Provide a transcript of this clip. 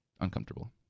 uncomfortable